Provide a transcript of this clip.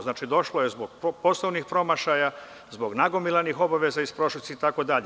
Znači, došlo je zbog poslovnih promašaja, zbog nagomilanih obaveza iz prošlosti, itd.